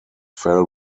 fell